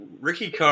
Ricky